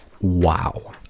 Wow